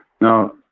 Now